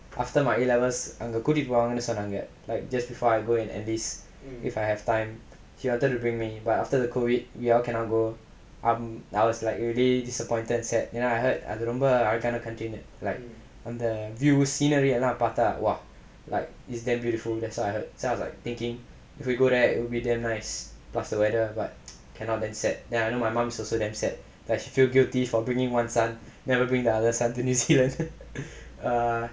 after my a levels அங்க கூட்டிட்டு போவாங்கனு சொன்னாங்க:anga kootittu povaanganu sonnaanga like just before I go and enlist if I have time he wanted to bring me but after the COVID now cannot go um I was like really disappointed and sad and then I heard அது ரொம்ப அழகான:athu romba alagaana country like அந்த:antha view scenery எல்லாம் பாத்தா:ellaam paathaa !wah! like it's damn beautiful that's why I was like thinking if we go there it will be damn nice plus the weather but cannot then sad then my mum also damn sad like she feel guilty for bringing one son never bring the other son to see err